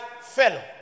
fellow